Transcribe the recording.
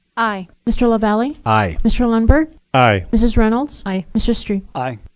aye. mr. lavalley. aye. mr. lundberg. aye. mrs. reynolds. aye. mr. strebe. aye.